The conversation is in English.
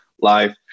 live